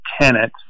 tenant